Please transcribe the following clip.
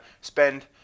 spend